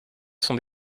sont